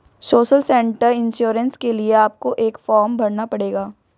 social sector insurance के लिए आपको एक फॉर्म भरना पड़ेगा